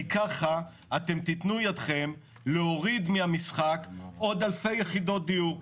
כי ככה אתם תתנו ידכם להוריד מהמשחק עוד אלפי יחידות דיור.